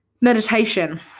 Meditation